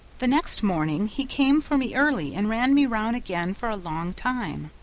the next morning he came for me early, and ran me round again for a long time.